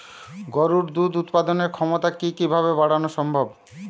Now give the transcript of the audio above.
গরুর দুধ উৎপাদনের ক্ষমতা কি কি ভাবে বাড়ানো সম্ভব?